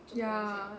ya